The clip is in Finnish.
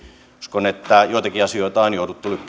uskon että siksi joitakin asioita on jouduttu